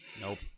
Nope